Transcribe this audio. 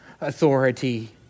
authority